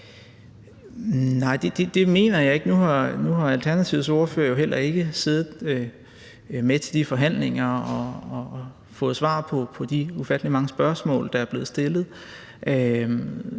Nej, det mener jeg ikke. Nu har Alternativets ordfører jo heller ikke siddet med til de forhandlinger og fået svar på de ufattelig mange spørgsmål, der er blevet stillet.